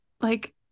like-